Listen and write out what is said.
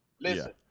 Listen